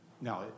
Now